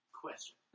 question